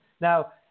Now